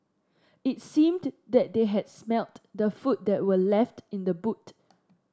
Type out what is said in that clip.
it seemed that they had smelt the food that were left in the boot